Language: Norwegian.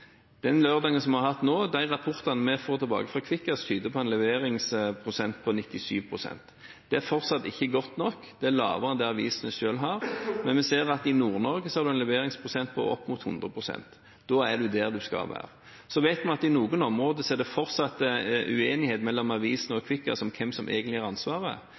rapportene fra Kvikkas en leveringsprosent på 97. Det er fortsatt ikke godt nok, og det er lavere enn det avisene selv har, men vi ser at i Nord-Norge er det en leveringsprosent på opp mot 100. Da er vi der vi skal være. Så vet vi at for noen områder er det fortsatt uenighet mellom avisene og Kvikkas om hvem som egentlig har ansvaret.